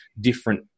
different